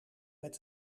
met